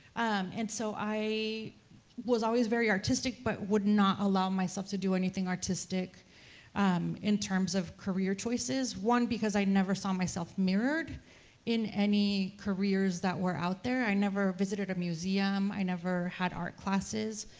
and so i was always very artistic, but would not allow myself to do anything artistic in terms of career choices. one, because i never saw myself mirrored in any careers that were out there. i never visited a museum, i never had art classes,